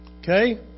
Okay